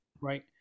Right